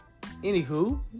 anywho